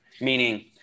meaning